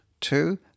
two